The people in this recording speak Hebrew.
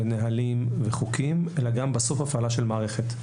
נהלים וחוקים אלא גם בסוף הפעלה של מערכת.